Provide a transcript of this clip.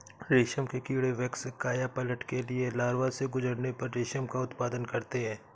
रेशम के कीड़े वयस्क कायापलट के लिए लार्वा से गुजरने पर रेशम का उत्पादन करते हैं